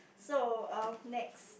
so um next